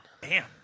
Bam